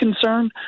concern